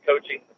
coaching